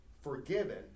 forgiven